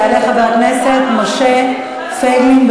יעלה חבר הכנסת משה פייגלין.